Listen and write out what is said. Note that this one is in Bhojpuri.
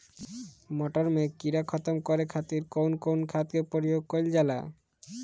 मटर में कीड़ा खत्म करे खातीर कउन कउन खाद के प्रयोग कईल जाला?